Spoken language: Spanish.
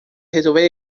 resolver